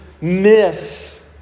miss